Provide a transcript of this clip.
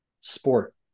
Sport